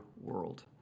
world